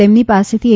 તેમની પાસેથી એ